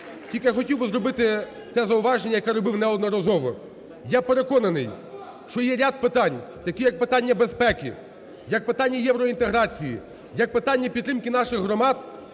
тільки я хотів би зробити це зауваження, яке робив неодноразово. Я переконаний, що є ряд питань, такі, як питання безпеки, як питання євроінтеграції, як питання підтримки наших громад,